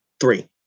Three